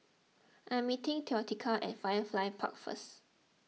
I am meeting theodocia at Firefly Park first